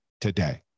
today